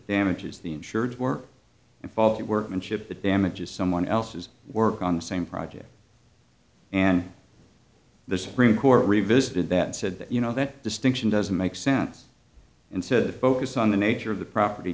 damages the insured work and faulty workmanship the damages someone else's work on the same project and the supreme court revisited that said that you know that distinction doesn't make sense and said to focus on the nature of the property